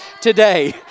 today